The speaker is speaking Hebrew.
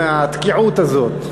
מהתקיעות הזאת.